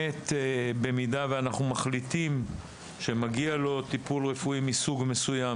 במידה ואנחנו מחליטים שמגיע לו טיפול רפואי מסוג מסוים